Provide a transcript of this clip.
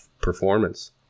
performance